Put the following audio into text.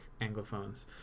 Anglophones